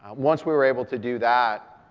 once we were able to do that,